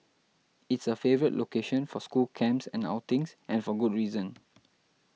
it's a favourite location for school camps and outings and for good reason